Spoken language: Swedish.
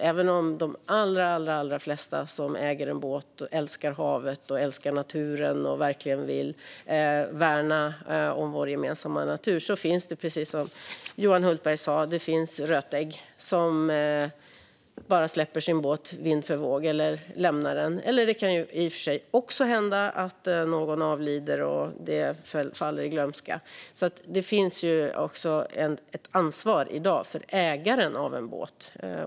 Även om de allra flesta som äger en båt älskar havet och verkligen vill värna om vår gemensamma natur finns det, precis som Johan Hultberg sa, rötägg som bara släpper sin båt vind för våg eller lämnar den. Det kan i och för sig också hända att någon avlider och det faller i glömska. Det finns även i dag ett ansvar hos ägaren av en båt.